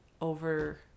over